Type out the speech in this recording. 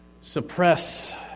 suppress